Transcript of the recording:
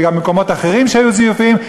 וגם במקומות אחרים שהיו זיופים,